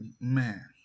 Man